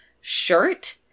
shirt